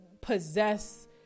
possess